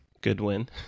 Goodwin